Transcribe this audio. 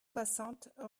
soixante